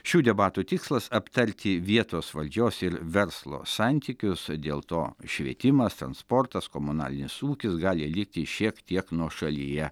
šių debatų tikslas aptarti vietos valdžios ir verslo santykius dėl to švietimas transportas komunalinis ūkis gali likti šiek tiek nuošalyje